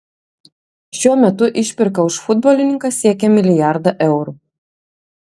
šiuo metu išpirka už futbolininką siekia milijardą eurų